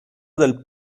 del